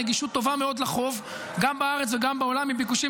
נגישות טובה מאוד לחוב גם בארץ וגם בעולם מביקושים